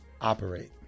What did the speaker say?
operate